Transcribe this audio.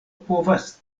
povas